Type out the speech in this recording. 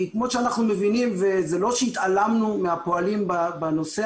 כי כמו שאנחנו מבינים וזה לא שהתעלמנו מהפועלים בנושא,